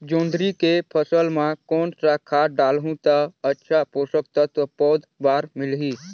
जोंदरी के फसल मां कोन सा खाद डालहु ता अच्छा पोषक तत्व पौध बार मिलही?